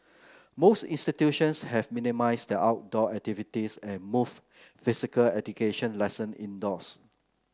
most institutions have minimised their outdoor activities and moved physical education lesson indoors